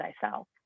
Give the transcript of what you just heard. thyself